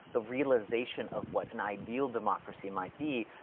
the realization of what an ideal democracy might be,